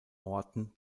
orten